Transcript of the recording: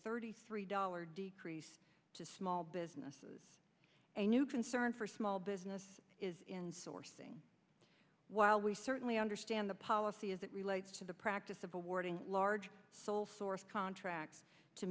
thirty three dollar decrease to small businesses a new concern for small business is insourcing while we certainly understand the policy as it relates to the practice of awarding large sole source contracts to